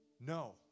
No